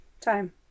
time